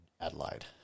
Adelaide